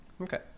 Okay